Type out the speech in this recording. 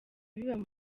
biba